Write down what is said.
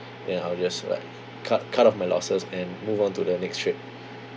then I'll just like cut cut off my losses and move on to the next trade